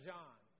John